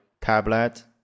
tablet